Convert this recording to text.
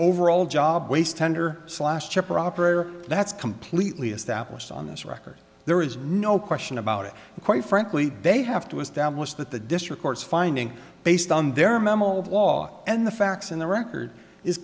overall job waste tender slash chopper operator that's completely established on this record there is no question about it and quite frankly they have to establish that the district court's finding based on their memo of law and the facts in the record is